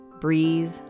breathe